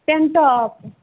palmtop